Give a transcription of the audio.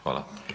Hvala.